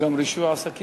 שיגיע יושב-ראש